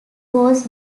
was